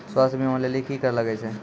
स्वास्थ्य बीमा के लेली की करे लागे छै?